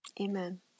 Amen